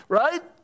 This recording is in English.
right